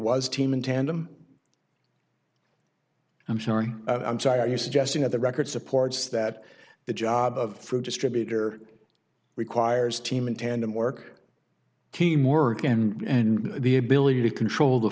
was team in tandem i'm sorry i'm sorry are you suggesting that the record supports that the job of the distributor requires team in tandem work teamwork and the ability to control the